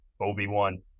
obi-wan